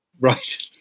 Right